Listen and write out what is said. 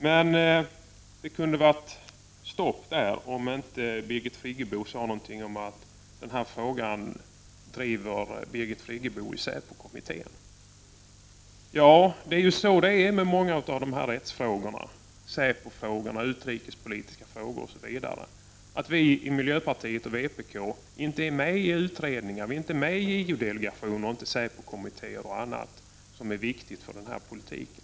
Jag kunde ha nöjt mig med det om inte Birgit Friggebo hade sagt något om att hon driver denna fråga i säpokommittén. Det är ju så med många av rättsfrågorna: säpofrågorna, utrikespolitiska frågor osv. Miljöpartiet och vpk är inte med i utredningar, vi är inte med i JO delegationen, säpokommittér och annat som är viktigt för politiken.